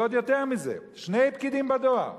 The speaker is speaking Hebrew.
ועוד יותר מזה, שני פקידים בדואר,